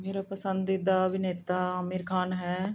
ਮੇਰਾ ਪਸੰਦੀਦਾ ਅਭਿਨੇਤਾ ਆਮੀਰ ਖਾਨ ਹੈ